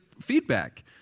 feedback